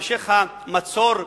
המשך המצור בעזה,